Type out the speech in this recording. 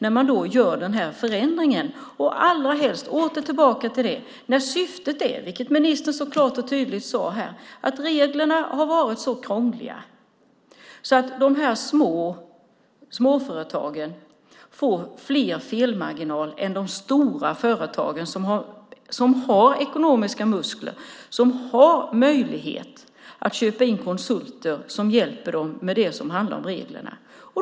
Jag återkommer till, vilket ministern sade klart och tydligt, att reglerna har varit så krångliga att småföretagen får större felmarginaler än de stora företagen, som har ekonomiska muskler och som har möjlighet att köpa in konsulter som hjälper dem med reglerna.